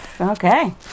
okay